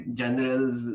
generals